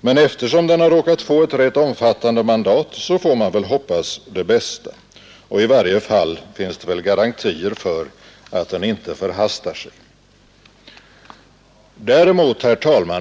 Men eftersom den råkat få ett rätt omfattande mandat får man väl hoppas det bästa. I varje fall finns det väl garantier för att den inte förhastar sig. Däremot